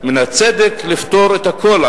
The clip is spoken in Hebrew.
שמן הצדק לפטור את הכול,